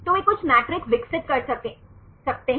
तो वे कुछ मैट्रिक्स विकसित कर सकते हैं